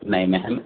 نہیں میم